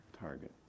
target